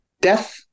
death